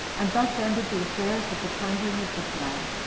and thus ended the affairs of the plundering of ziklag,